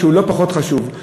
שהוא לא פחות חשוב,